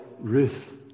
Ruth